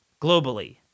globally